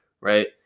Right